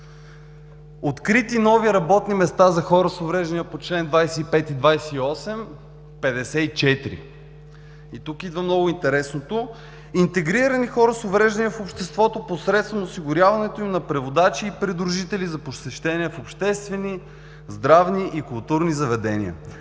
открити нови работни места за хора с увреждания по чл. 25 и чл. 28 – 54. И тук идва много интересното – интегриране на хора с увреждания в обществото посредством осигуряването им на преводачи и придружители за посещения в обществени, здравни и културни заведения